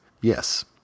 Yes